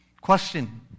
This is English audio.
Question